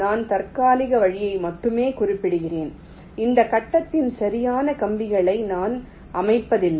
நான் தற்காலிக வழியை மட்டுமே குறிப்பிடுகிறேன் இந்த கட்டத்தில் சரியான கம்பிகளை நான் அமைப்பதில்லை